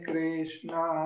Krishna